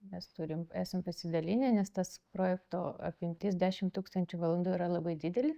mes turim esam pasidalinę nes tas projekto apimtis dešim tūkstančių valandų yra labai didelė